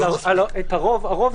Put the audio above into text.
אבל על הרוב דיברנו.